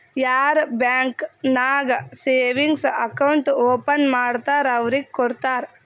ಯಾರ್ ಬ್ಯಾಂಕ್ ನಾಗ್ savings account open ಮಾಡ್ತಾರ್ ಅವ್ರಿಗ ಕೊಡ್ತಾರ್